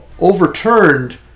overturned